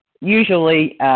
usually